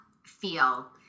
feel